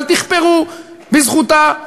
אל תכפרו בזכותה,